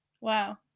Wow